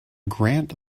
grant